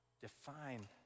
define